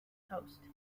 host